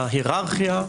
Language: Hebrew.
ההיררכיה,